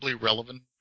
relevant